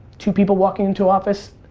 two people walking into office,